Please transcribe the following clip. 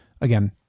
Again